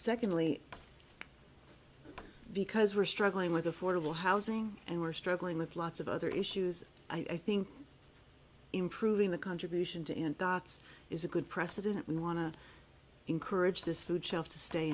secondly because we're struggling with affordable housing and we're struggling with lots of other issues i think improving the contribution to end dots is a good precedent we want to encourage this food shelf to stay